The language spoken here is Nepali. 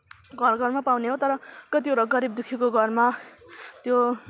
घर घरमा पाउने हो तर कतिवटा गरिब दुःखीको घरमा त्यो